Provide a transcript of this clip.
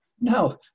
no